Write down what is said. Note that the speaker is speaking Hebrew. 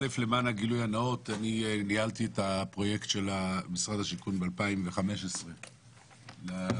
גילוי נאות: אני ניהלתי את הפרויקט של משרד השיכון ב-2015 והייתי